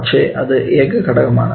പക്ഷെ അത് ഏക ഘടകമാണ്